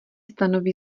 stanoví